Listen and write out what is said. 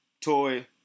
toy